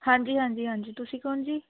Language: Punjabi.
ਹਾਂਜੀ ਹਾਂਜੀ ਹਾਂਜੀ ਤੁਸੀਂ ਕੋਣ ਜੀ